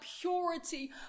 purity